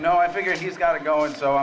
you know i figured he's gotta go and so